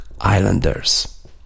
Islanders